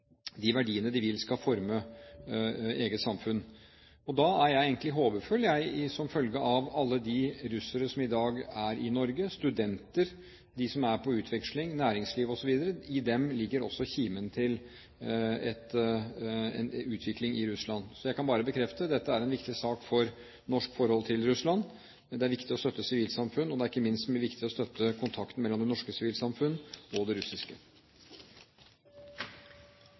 de verdiene de vil skal forme eget samfunn. Jeg er egentlig håpefull, som følge av alle de russere som i dag er i Norge – studenter, de som er på utveksling, næringslivet osv. I dem ligger også kimen til en utvikling i Russland. Så jeg kan bare bekrefte at dette er en viktig sak for norsk forhold til Russland. Men det er viktig å støtte sivilsamfunn, og det er ikke minst viktig å støtte kontakten mellom det norske sivilsamfunn og det russiske.